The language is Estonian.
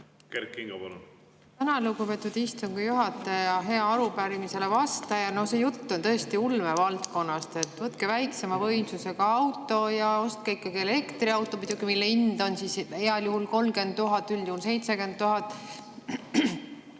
ei saa teha. Tänan, lugupeetud istungi juhataja! Hea arupärimisele vastaja! No see jutt on tõesti ulme valdkonnast, et võtke väiksema võimsusega auto ja ostke ikkagi elektriauto, muidugi, mille hind on heal juhul 30 000, üldjuhul 70 000.